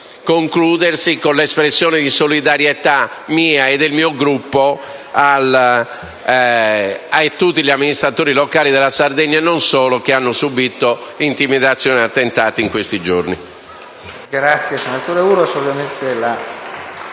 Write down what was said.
concludersi con l'espressione di solidarietà mia e del mio Gruppo verso tutti gli amministratori locali della Sardegna, e non solo, che hanno subito intimidazioni e attentati in questi giorni.